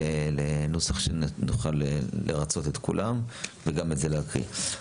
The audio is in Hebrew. שנוכל לרצות את כולם וגם את זה להקריא.